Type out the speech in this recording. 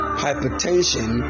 hypertension